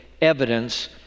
evidence